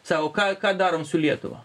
sako ką ką darom su lietuva